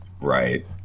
Right